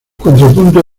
contrapunto